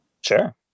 Sure